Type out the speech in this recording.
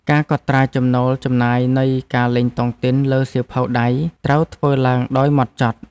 ការកត់ត្រាចំណូលចំណាយនៃការលេងតុងទីនលើសៀវភៅដៃ ត្រូវធ្វើឡើងដោយហ្មត់ចត់។